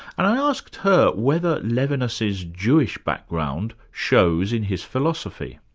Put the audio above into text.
and i asked her whether levinas's jewish background shows in his philosophy.